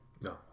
No